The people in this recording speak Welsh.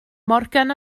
morgan